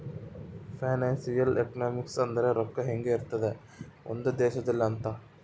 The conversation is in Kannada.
ಫೈನಾನ್ಸಿಯಲ್ ಎಕನಾಮಿಕ್ಸ್ ಅಂದ್ರ ರೊಕ್ಕ ಹೆಂಗ ಇರ್ತದ ಒಂದ್ ದೇಶದಲ್ಲಿ ಅಂತ